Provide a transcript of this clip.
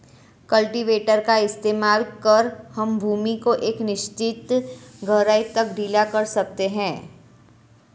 cultivator का इस्तेमाल कर हम भूमि को एक निश्चित गहराई तक ढीला कर सकते हैं